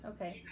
Okay